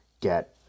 get